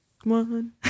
one